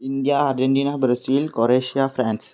India Argentina Brazil Croatia France